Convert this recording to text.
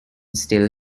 still